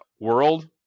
world